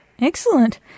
Excellent